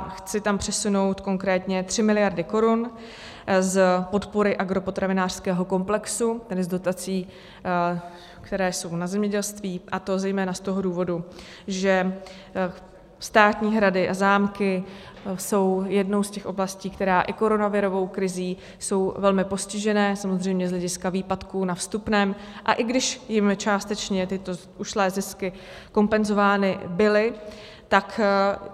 A chci tam přesunout konkrétně 3 mld. korun z podpory agropotravinářského komplexu, tedy z dotací, které jsou na zemědělství, a to zejména z toho důvodu, že státní hrady a zámky jsou jednou z těch oblastí, které i koronavirovou krizí jsou velmi postižené samozřejmě z hlediska výpadků na vstupném, a i když jim částečně tyto ušlé zisky kompenzovány byly, tak